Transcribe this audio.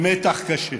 עם מתח קשה,